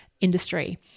industry